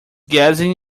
gazing